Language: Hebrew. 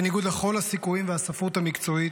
בניגוד לכל הסיכויים והספרות המקצועית,